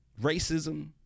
racism